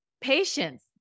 patience